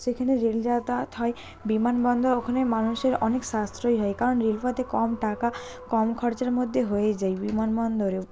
সেখানে রেল যাতায়াত হয় বিমানবন্দর ওখানে মানুষের অনেক সাশ্রয় হয় কারণ রেলপথে কম টাকা কম খরচের মধ্যে হয়ে যায় বিমানবন্দরেও